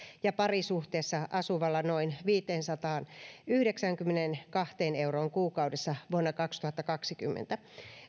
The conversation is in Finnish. ja parisuhteessa asuvalla noin viiteensataanyhdeksäänkymmeneenkahteen euroon kuukaudessa vuonna kaksituhattakaksikymmentä